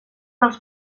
dels